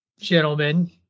gentlemen